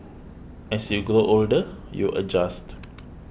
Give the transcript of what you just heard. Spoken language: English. as you grow older you adjust